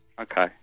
Okay